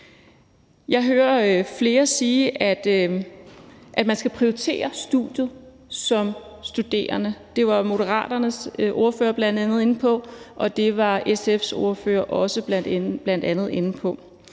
Jeg hører flere sige, at man skal prioritere studiet som studerende. Det var Moderaternes ordfører bl.a. inde på, og det var SF’s ordfører også bl.a. inde på.